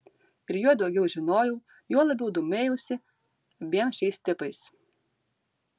ir juo daugiau žinojau juo labiau domėjausi abiem šiais tipais